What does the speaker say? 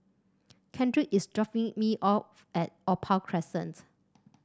Kendrick is dropping me off at Opal Crescent